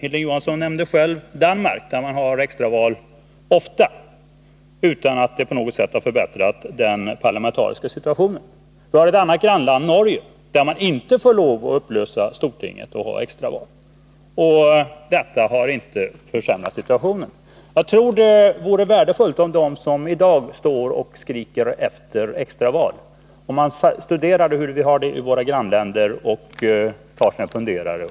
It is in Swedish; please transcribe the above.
Hilding Johansson nämnde själv Danmark, där man ofta har extraval utan att det på något sätt har förbättrat den parlamentariska situationen. Vi har ett annat grannland, Norge, där man inte får lov att upplösa Stortinget och ha extraval. Men det har inte försämrat situationen. Jag tror att det vore värdefullt om de som i dag skriker efter extraval studerade hur det är i våra grannländer och tog sig en funderare.